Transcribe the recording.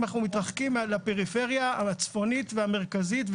אם אנחנו מתרחקים לפריפריה הצפונית והמרכזית,